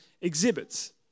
exhibits